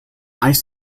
ice